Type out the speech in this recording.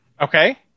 Okay